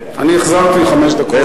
אני החזרתי חמש דקות.